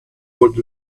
would